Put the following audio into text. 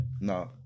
No